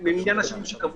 הן חוטאות החוק.